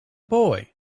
boy